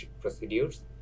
procedures